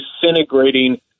disintegrating